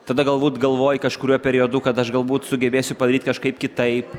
tada galbūt galvoji kažkuriuo periodu kad aš galbūt sugebėsiu padaryt kažkaip kitaip